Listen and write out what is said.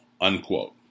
unquote